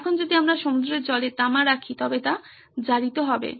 এখন যদি আমরা সমুদ্রের জলে তামা রাখি তবে তা জারিত হবে